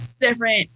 different